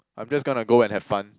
I'm just gonna go and have fun